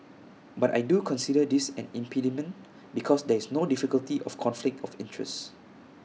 but I do consider this an impediment because there is no difficulty of conflict of interest